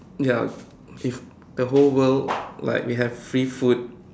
ya if the whole world like we have free food